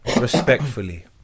respectfully